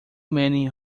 many